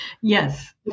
Yes